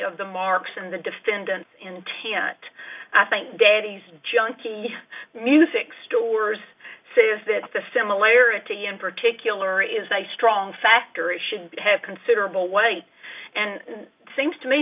of the marks and the defendants intent i think daddy's junky music stores say is that the similarity in particular is i strong factory should have considerable white and seems to me